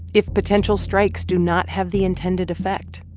if potential strikes do not have the intended effect,